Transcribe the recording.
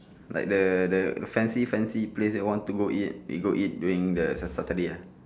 like the the fancy fancy place that want to go eat we go eat during the sat~ saturday ah